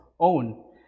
own